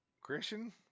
Christian